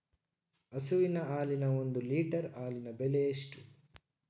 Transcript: ಹಸುವಿನ ಹಾಲಿನ ಒಂದು ಲೀಟರ್ ಹಾಲಿನ ಬೆಲೆ ಎಷ್ಟು?